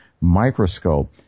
microscope